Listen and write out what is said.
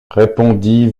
répondit